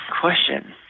question